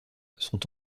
sont